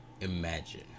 imagine